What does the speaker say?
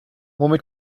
womit